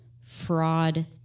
fraud